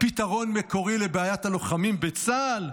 פתרון מקורי לבעיית הלוחמים בצה"ל?